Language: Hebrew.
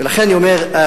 ולכן אני אומר,